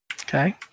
Okay